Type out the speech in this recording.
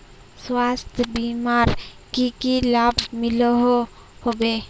स्वास्थ्य बीमार की की लाभ मिलोहो होबे?